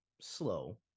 slow